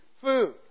food